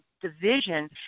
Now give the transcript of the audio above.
division